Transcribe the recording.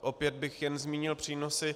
Opět bych jen zmínil přínosy.